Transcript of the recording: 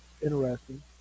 interesting